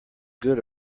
good